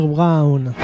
Brown